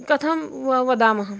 कथं वा वदामः